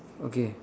okay